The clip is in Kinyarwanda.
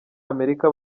amerika